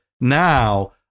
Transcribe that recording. now